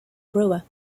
brewer